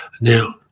Now